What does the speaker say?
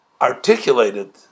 articulated